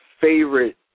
favorite